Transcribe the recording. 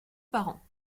parent